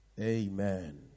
Amen